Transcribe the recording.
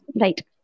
right